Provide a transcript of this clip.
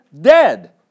dead